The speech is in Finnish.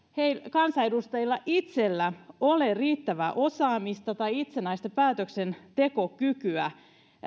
kansanedustajilla itsellään ole riittävää osaamista ja itsenäistä päätöksentekokykyä